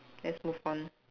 let's move on